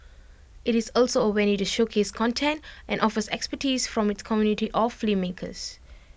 IT is also A venue to showcase content and offers expertise from its community of filmmakers